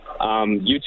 YouTube